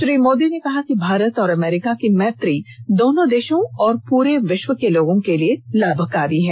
श्री मोदी ने कहा कि भारत और अमरीका की मैत्री दोनों देशों और पूरे विश्व के लोगों के लिए लाभकारी है